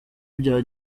bya